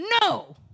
no